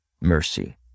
mercy